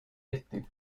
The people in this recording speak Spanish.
este